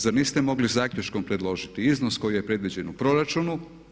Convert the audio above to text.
Zar niste mogli zaključkom predložiti iznos koji je predviđen u proračunu.